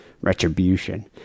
retribution